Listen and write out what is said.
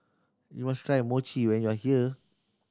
you must try Mochi when you are here